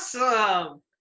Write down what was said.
Awesome